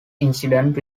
incident